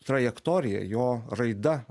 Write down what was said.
trajektorija jo raida